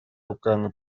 руками